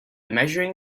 measuring